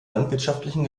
landwirtschaftlichen